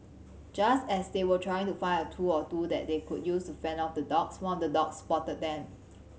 just as they were trying to find a tool or two that they could use to fend off the dogs one of the dogs spotted them